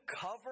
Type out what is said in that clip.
cover